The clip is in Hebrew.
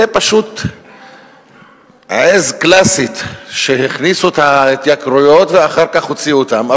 זה פשוט עז קלאסית שהכניסו את ההתייקרויות ואחרי כך הוציאו אותן.